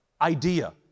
idea